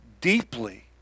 deeply